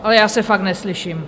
Ale já se fakt neslyším.